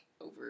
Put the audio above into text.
over